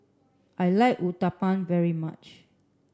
I like Uthapam very much